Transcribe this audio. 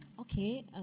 okay